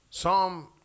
Psalm